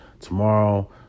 tomorrow